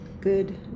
Good